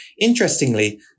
interestingly